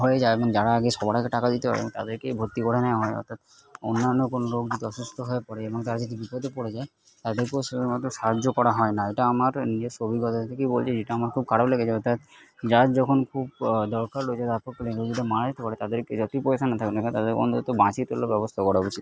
হয়ে যায় এবং যারা আগে সবার আগে টাকা দিতে পারে তাদেরকেই ভর্তি করে নেওয়া হয় অর্থাৎ অন্যান্য কোনো লোক যদি অসুস্থ হয়ে পড়ে এবং তারা যদি বিপদে পড়ে যায় তাদেরকেও সময় মতো সাহায্য করা হয় না এটা আমার নিজেস্ব অভিজ্ঞতা থেকেই বলছি যেটা আমার খুব খারাপ লেগেছে অর্থাৎ যার যখন খুব দরকার মারা যেতে পারে তাদেরকে যতোই পয়সা না থাকুক না কেন তাদেরকে অন্তত বাঁচিয়ে তোলার ব্যবস্থা করা উচিত